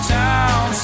town